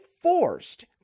forced